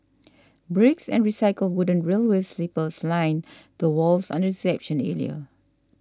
bricks and recycled wooden railway sleepers line the walls on the reception area